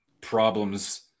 problems